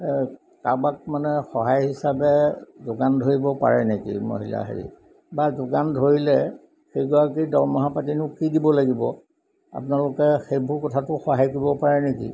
কাৰোবাক মানে সহায় হিচাপে যোগান ধৰিব পাৰে নেকি মহিলা হেৰি বা যোগান ধৰিলে সেইগৰাকী দৰমহা পাতিনো কি দিব লাগিব আপোনালোকে সেইবোৰ কথাটো সহায় কৰিব পাৰে নেকি